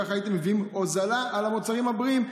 ככה הייתם מביאים הוזלה על המוצרים הבריאים,